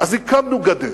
אז הקמנו גדר.